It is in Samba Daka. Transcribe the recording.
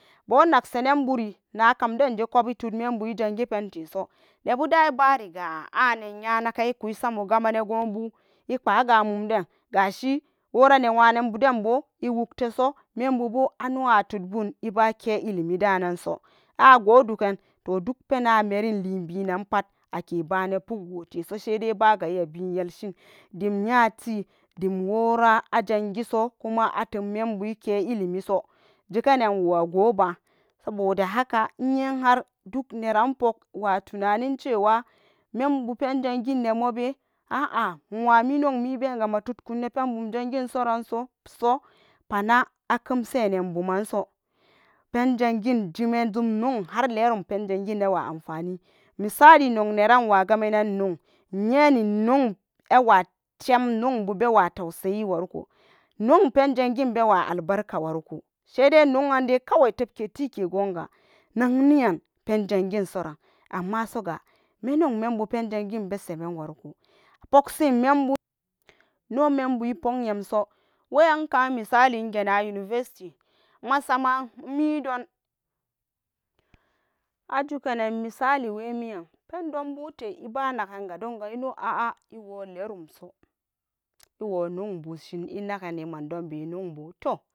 Bu nagsenanburi kamjenje kup itud membu ijangi penteso nebuda ibariga anenya naken iku samo gamen igwobu i kpa'aga mumden gashi wora nyawananbuden bo iwugteso membubo ano atubun iba kya ilimida nenso ago dogan, toh duk penan a merin libinan pat ake bana pukwo teso baga iyabiyelshin dim nyati dimwora a jangiso kuma a tubmemba ikya ilimiso jekenanwo agoba saboda haka iye har duk neran puk watunanin ciwa, membu pen jangin emobe ah iwan minyaumi bega matudkun nepenbum jangiran so pana a kemsenen buman so, penjangin jimen zum nyan har lerum pen jangin ewa amfani misali, nogneran nwagamenen nyau iyeni nyaw iwatem nyawbu bewa tausayi warko nyau pen jangin bewa albarka warko shedai nyawan dai kawai tebketike tike gwoga nag niyan penjanginsoran, amma soga me nyan membu pen jangin besemen warko pogsin membu nomembu ipog yemso weyanka misali ngena university masamen midon ajuganen misali wemi an pendonbute iba nagenga donga ino a'a iwo lerumso iwo nyau busin inagani mandon bebu toh.